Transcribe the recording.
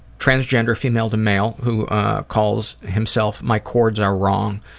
transgender female-to-male, who calls himself my cords are wrong.